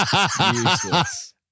Useless